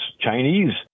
Chinese